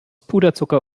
puderzucker